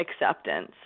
acceptance